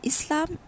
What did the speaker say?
Islam